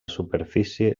superfície